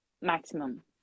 maximum